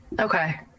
Okay